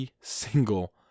single